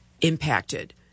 impacted